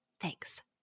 Thanks